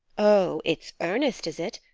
oh, it's earnest, is it?